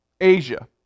Asia